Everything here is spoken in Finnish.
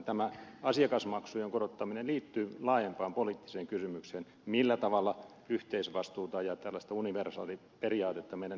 tämä asiakasmaksujen korottaminen liittyy laajempaan poliittiseen kysymykseen millä tavalla yhteisvastuuta ja tällaista universaaliperiaatetta meidän